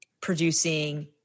producing